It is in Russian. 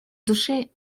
душе